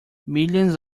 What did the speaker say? millions